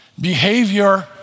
behavior